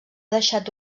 deixat